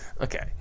Okay